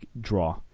draw